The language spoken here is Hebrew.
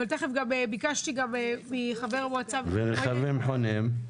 ביקשתי גם מחבר המועצה --- רכבים חונים,